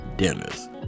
dinners